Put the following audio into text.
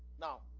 Now